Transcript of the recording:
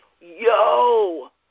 yo